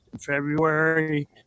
February